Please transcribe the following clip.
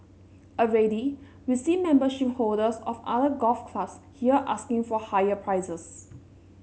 already we see membership holders of other golf clubs here asking for higher prices